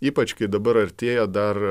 ypač kai dabar artėja dar